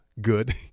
good